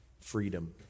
freedom